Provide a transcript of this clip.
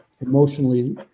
emotionally